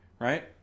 Right